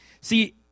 See